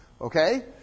Okay